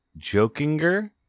jokinger